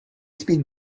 speak